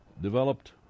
developed